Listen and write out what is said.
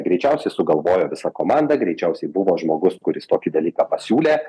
greičiausiai sugalvojo visa komanda greičiausiai buvo žmogus kuris tokį dalyką pasiūlė